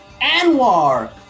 Anwar